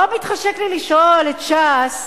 לא מתחשק לי לשאול את ש"ס,